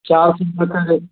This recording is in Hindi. पता नहीं